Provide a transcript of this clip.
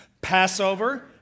Passover